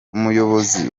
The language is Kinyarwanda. umuyobozi